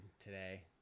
today